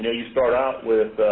you start out with